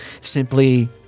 simply